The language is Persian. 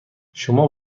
شما